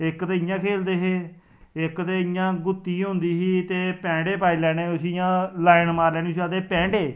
इक ते इयां खेलदे हे इक ते इयां गुत्ती होंदी ही ते पेडे़ पाई लैने उसी इयां लाइन मारी लेनी